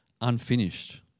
unfinished